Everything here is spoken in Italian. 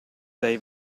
dai